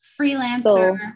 Freelancer